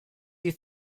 you